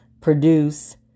produce